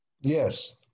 Yes